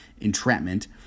entrapment